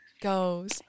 goes